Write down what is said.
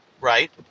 right